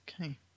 Okay